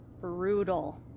Brutal